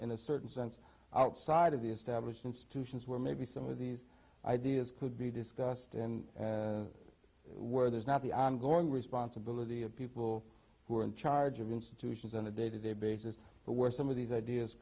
in a certain sense outside of the established institutions where maybe some of these ideas could be discussed and where there's not the ongoing responsibility of people who are in charge of institutions on a day to day basis but were some of these ideas